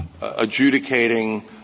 adjudicating